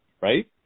Right